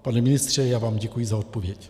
Pane ministře, já vám děkuji za odpověď.